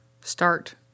start